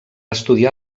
estudiar